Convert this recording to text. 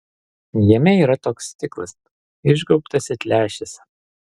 jame yra toks stiklas išgaubtas it lęšis